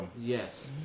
Yes